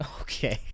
Okay